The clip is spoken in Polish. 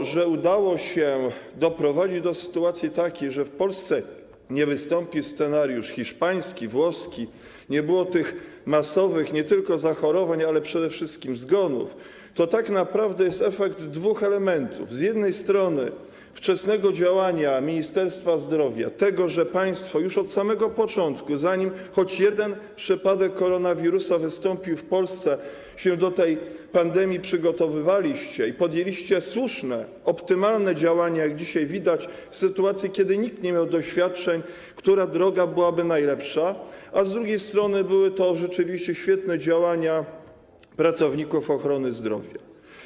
To, że udało się doprowadzić do sytuacji takiej, że w Polsce nie wystąpił scenariusz hiszpański, włoski, nie było masowych nie tylko zachorowań, ale przede wszystkim zgonów, to tak naprawdę jest efekt dwóch elementów - z jednej strony wczesnego działania Ministerstwa Zdrowia, tego, że państwo już od samego początku, zanim choć jeden przypadek koronawirusa wystąpił w Polsce, do tej pandemii przygotowywaliście się i podjęliście słuszne, optymalne działania, jak dzisiaj widać, w sytuacji kiedy nikt nie miał doświadczeń, nie wiedział, która droga byłaby najlepsza, a z drugiej stron były to rzeczywiście świetne działania pracowników ochrony zdrowia.